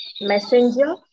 Messenger